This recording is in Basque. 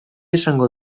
izango